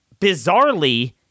bizarrely